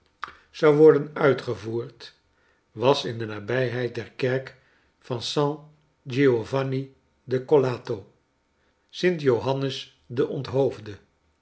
zou worden uitgevoerd was in de nabijheid der kerk van san giovanni de collato sint johannes